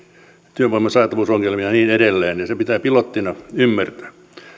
työvoiman saatavuusongelmia ja niin edelleen ja se pitää pilottina ymmärtää